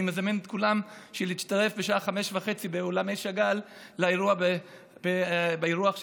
אני מזמין את כולם להצטרף בשעה 17:30 לאירוע באולם שאגאל באירוח שלך,